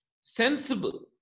sensible